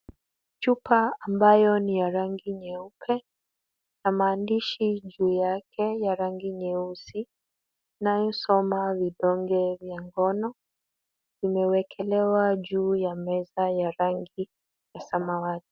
Chupa ambayo ni ya rangi nyeupe na maandishi juu yake ya rangi nyeusi inayosoma vidonge vya ngono imewekelewa juu ya meza ya rangi ya samawati.